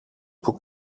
που